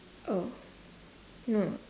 oh no